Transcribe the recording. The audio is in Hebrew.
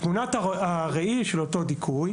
תמונת הראי של אותו דיכוי,